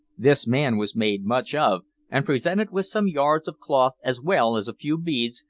this man was made much of, and presented with some yards of cloth as well as a few beads,